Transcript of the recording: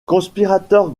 conspirateurs